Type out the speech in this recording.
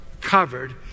covered